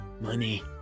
Money